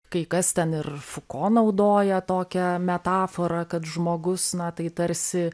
kai kas ten ir fuko naudoja tokią metaforą kad žmogus na tai tarsi